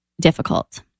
difficult